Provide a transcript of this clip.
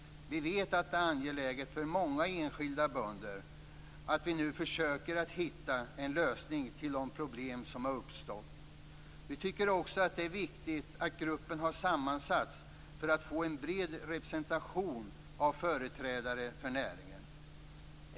Vi vet att det är angeläget för många enskilda bönder att vi hittar en lösning till de problem som har uppstått. Vi tycker också att det är viktigt att gruppen har sammansatts med syftet att få en bred representation av företrädare för näringen.